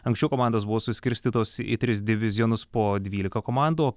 anksčiau komandos buvo suskirstytos į tris divizionus po dvylika komandų o